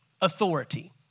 authority